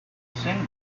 seen